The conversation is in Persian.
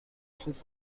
خوب